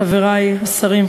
חברי השרים,